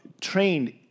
trained